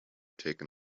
taken